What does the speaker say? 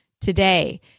today